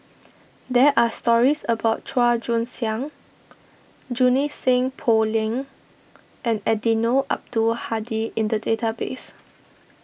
there are stories about Chua Joon Siang Junie Sng Poh Leng and Eddino Abdul Hadi in the database